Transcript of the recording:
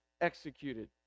executed